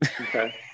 Okay